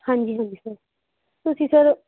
ਹਾਂਜੀ ਹਾਂਜੀ ਸਰ ਤੁਸੀਂ ਸਰ